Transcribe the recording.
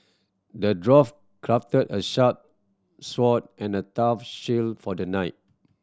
the dwarf crafted a sharp sword and a tough shield for the knight